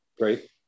Great